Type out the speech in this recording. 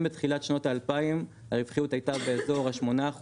אם בתחילת שנות ה-2000 הרווחיות הייתה באזור ה-8%,